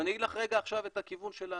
ואני אגיד לך את הכיוון שלנו.